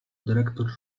dyrektor